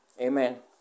Amen